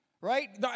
right